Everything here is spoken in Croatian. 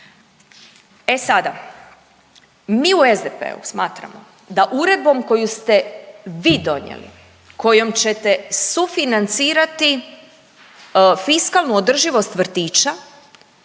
E sada, mi u SDP-u smatramo da uredbom koju ste vi donijeli, kojom ćete sufinancirati fiskalnu održivost vrtića